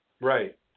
Right